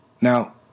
Now